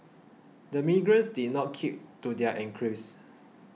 the migrants did not keep to their enclaves